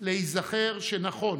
להיזכר שנכון